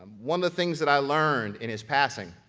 one of the things that i learned in his passing,